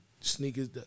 sneakers